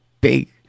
big